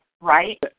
right